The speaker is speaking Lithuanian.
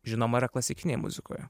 žinoma yra klasikinėj muzikoje